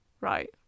Right